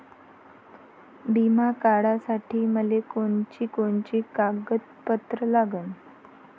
बिमा काढासाठी मले कोनची कोनची कागदपत्र लागन?